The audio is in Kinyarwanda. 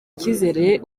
icyizere